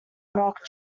rock